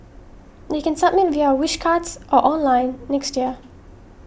they can submit via Wish Cards or online next year